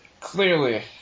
clearly